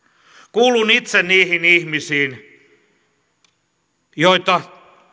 kuulun itse niihin ihmisiin joita